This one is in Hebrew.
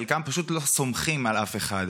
חלקם פשוט לא סומכים על אף אחד.